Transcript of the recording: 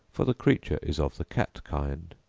for the creature is of the cat kind.